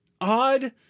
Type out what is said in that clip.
odd